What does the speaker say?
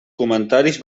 comentaris